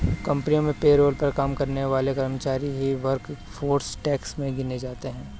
company में payroll पर काम करने वाले कर्मचारी ही वर्कफोर्स टैक्स में गिने जाते है